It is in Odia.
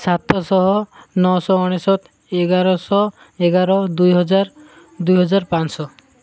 ସାତଶହ ନଅଶହ ଅନେଶତ ଏଗାରଶହ ଏଗାର ଦୁଇହଜାର ଦୁଇହଜାର ପାଞ୍ଚ ଶହ